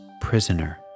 prisoner